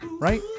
right